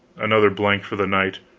another blank for the knight,